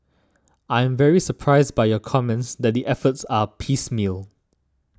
I am very surprised by your comments that the efforts are piecemeal